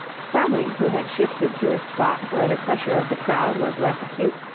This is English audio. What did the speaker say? sally, who had shifted to a spot where the pressure of the crowd was less acute,